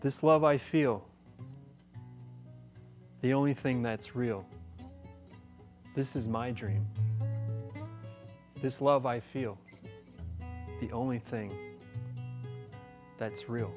this love i feel the only thing that's real this is my dream this love i feel the only thing that's real